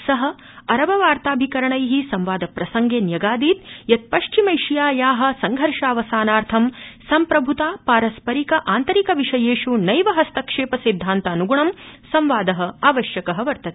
स अरब वार्ताभिकरणै संवादप्रसंगे न्यगादीद् यत् पश्चिमैशियाया संघर्षावसानाथं सम्प्रभुता पारस्परिक आन्तिरिक विषयेष् नैव हस्तक्षेप सिद्धान्तानुग्णं संवाद आवश्यक वर्तते